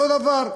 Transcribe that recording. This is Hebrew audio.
אותו דבר.